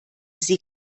sie